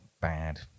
bad